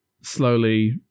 slowly